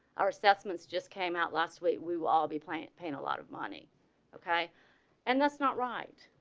our assessments just came out last week. we will all be playing paying a lot of money ok and that's not right.